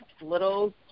little